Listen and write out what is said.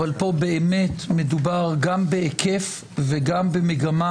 אבל פה באמת מדובר גם בהיקף וגם במגמה